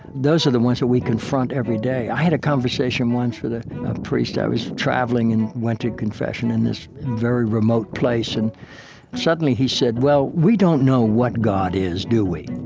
those are the ones that we confront every day. i had a conversation once with a priest i was traveling and went to confession in this very remote place. and suddenly he said, well, we don't know what god is, do we?